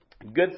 Good